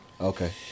Okay